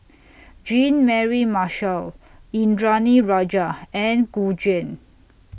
Jean Mary Marshall Indranee Rajah and Gu Juan